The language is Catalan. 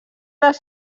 les